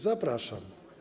Zapraszam.